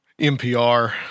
NPR